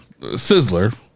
Sizzler